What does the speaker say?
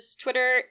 Twitter